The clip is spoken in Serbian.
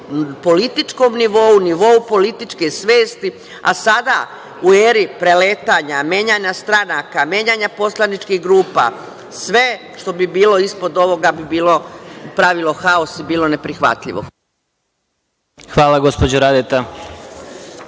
političkom nivou, nivou političke svesti, a sada u eri preletanja, menjanja stranaka, menjanja poslaničkih grupa, sve što bi bilo ispod ovoga bi pravilo haos i bilo neprihvatljivo. **Vladimir